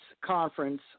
Conference